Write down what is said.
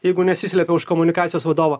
jeigu nesislepia už komunikacijos vadovo